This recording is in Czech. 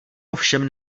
ovšem